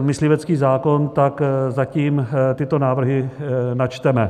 myslivecký zákon, tak zatím tyto návrhy načteme.